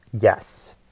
yes